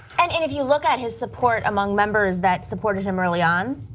and and if you look at his support among members that supported him early on,